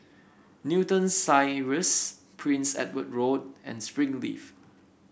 Newton Cirus Prince Edward Road and Springleaf